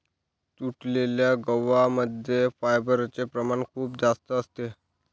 तुटलेल्या गव्हा मध्ये फायबरचे प्रमाण खूप जास्त असते